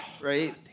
right